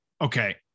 Okay